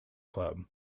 club